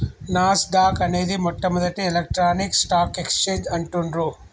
నాస్ dock అనేది మొట్టమొదటి electronic stock exchange అంటుండ్రు